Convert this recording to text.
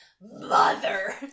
mother